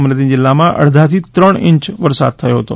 અમરેલી જિલ્લામાં અડધાથી ત્રણ ઇંચ થયો હતો